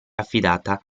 affidata